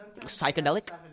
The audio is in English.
psychedelic